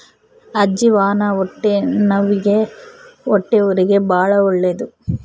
ಅಜ್ಜಿವಾನ ಹೊಟ್ಟೆನವ್ವಿಗೆ ಹೊಟ್ಟೆಹುರಿಗೆ ಬಾಳ ಒಳ್ಳೆದು